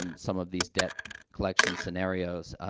um some of these debt collection scenarios,